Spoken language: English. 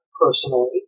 personally